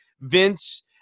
Vince